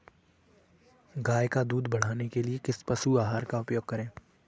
गाय का दूध बढ़ाने के लिए किस पशु आहार का उपयोग करें?